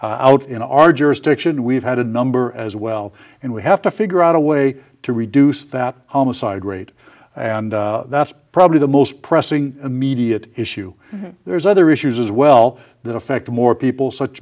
out in our jurisdiction we've had a number as well and we have to figure out a way to reduce that homicide rate and that's probably the most pressing immediate issue there's other issues as well that affect more people such